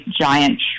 giant